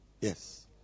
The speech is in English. Yes